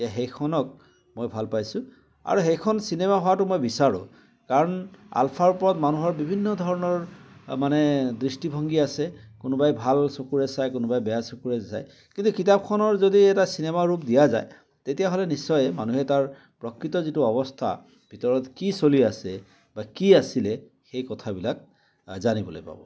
এয়া সেইখনক মই ভাল পাইছোঁ আৰু সেইখন চিনেমা হোৱাতো মই বিচাৰোঁ কাৰণ আলফাৰ ওপৰত মানুহৰ বিভিন্ন ধৰণৰ মানে দৃষ্টিভংগী আছে কোনোবাই ভাল চকুৰে চায় কোনোবাই বেয়া চকুৰে চায় কিন্তু কিতাপখনৰ যদি এটা চিনেমা ৰূপ দিয়া যায় তেতিয়াহ'লে নিশ্চয় মানুহে তাৰ প্ৰকৃত যিটো অৱস্থা ভিতৰত কি চলি আছে বা কি আছিলে সেই কথাবিলাক জানিবলৈ পাব